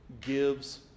gives